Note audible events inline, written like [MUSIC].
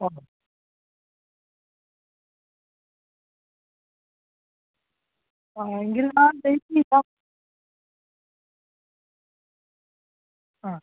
[UNINTELLIGIBLE] ആ എങ്കിൽ ഞാൻ വെയ്റ്റ് ചെയ്യാം ആ